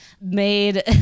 made